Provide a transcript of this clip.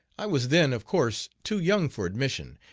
i was then of course too young for admission,